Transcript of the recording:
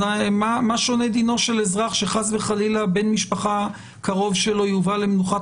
מה שונה דינו של אזרח שחס וחלילה בן משפחה קרוב שלו יובא למנוחת